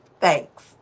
Thanks